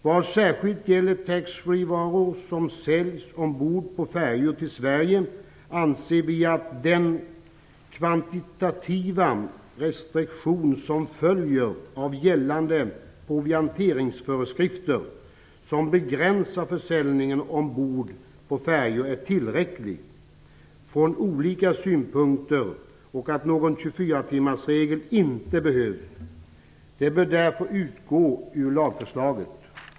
Vad särskilt gäller taxfree-varor som säljs ombord på färjor till Sverige anser vi att den kvantitativa restriktion som följer av gällande provianteringsföreskrifter, som begränsar försäljningen ombord på färjor, är tillräcklig från olika synpunkter och att någon 24-timmarsregel inte behövs. Den bör därför utgå ur lagförslaget.